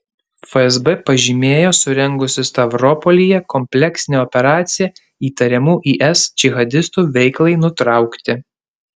fsb pažymėjo surengusi stavropolyje kompleksinę operaciją įtariamų is džihadistų veiklai nutraukti